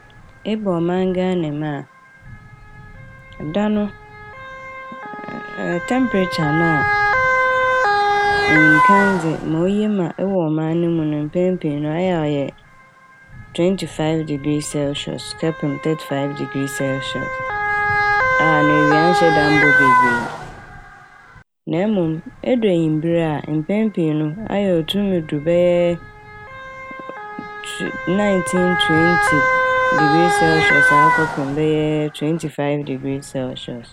Eba ɔman Ghana mu a da no "temperature" na enyimkan dze ma oye ma wɔ ɔman ne mu no mpɛn pii no ɛyɛ a ɔyɛ "twenty- five degree celsius" kɛpem "thirty - five degree celsius" a ɛno ewia nnhyɛ fa mmbɔ bebree na emom edu ewimber a mpɛn pii no ayɛ a otum du bɛyɛ "two- nineteen twenty degree celsius" a kɔpem bɛyɛ "twenty five degree celsius".